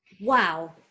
Wow